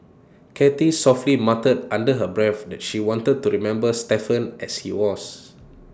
cathy softly muttered under her breath that she wanted to remember Stephen as he was